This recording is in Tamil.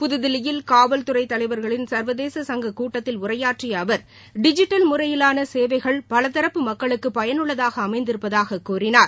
புதுதில்லியில் காவல் துறை தலைவர்களின் சர்வதேச சங்க கூட்டத்தில் உரையாற்றிய அவர் டிஜிட்டல் முறையிலான சேவைகள் பலதரப்பு மக்களுக்கு பயனுள்ளதாக அமைந்திருப்பதாக கூறினார்